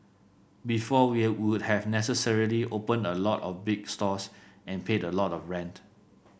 before we would have necessarily opened a lot of big stores and paid a lot of rent